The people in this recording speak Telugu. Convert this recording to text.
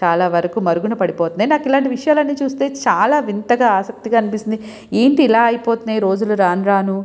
చాలా వరకు మరుగున పడిపోతున్నాయి నాకు ఇలాంటి విషయాలు చూస్తే చాలా వింతగా ఆశక్తిగా అనిపిస్తుంది ఏంటి ఇలా అయిపోతున్నాయి రోజులు రాను రాను